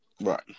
Right